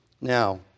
Now